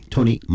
Tony